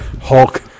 Hulk